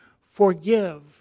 forgive